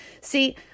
See